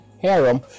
harem